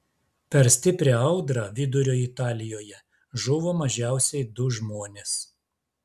per stiprią audrą vidurio italijoje žuvo mažiausiai du žmonės